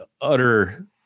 utter